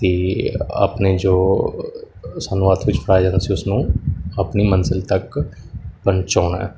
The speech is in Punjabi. ਅਤੇ ਆਪਣੇ ਜੋ ਸਾਨੂੰ ਹੱਥ ਵਿੱਚ ਫੜਾਇਆ ਜਾਂਦਾ ਸੀ ਉਸਨੂੰ ਆਪਣੀ ਮੰਜ਼ਿਲ ਤੱਕ ਪਹੁੰਚਾਉਣਾ